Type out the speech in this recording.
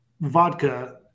vodka